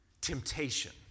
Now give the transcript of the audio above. temptation